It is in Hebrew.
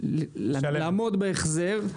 יכול לעמוד בהחזר.